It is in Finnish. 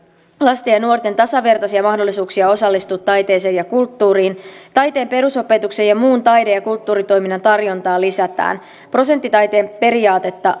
lasten ja nuorten tasavertaisia mahdollisuuksia osallistua taiteeseen ja kulttuuriin taiteen perusopetuksen ja muun taide ja kulttuuritoiminnan tarjontaa lisätään prosenttitaiteen periaatetta